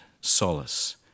solace